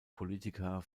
politiker